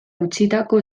utzitako